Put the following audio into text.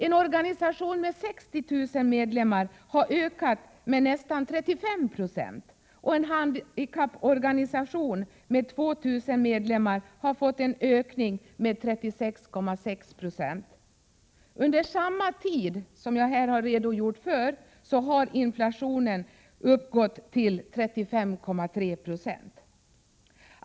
En organisation med 60 000 medlemmar har fått en ökning med nästan 35 96, och en handikapporganisation med 2 000 medlemmar har fått en ökning med 36,6 20. Under samma period har inflationen uppgått till 35,3 2.